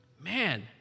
man